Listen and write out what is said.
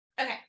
okay